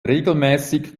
regelmäßig